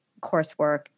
coursework